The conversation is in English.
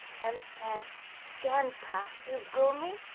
and said ganpa! you goomy?